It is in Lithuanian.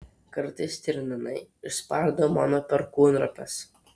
kartais stirninai išspardo mano perkūnropes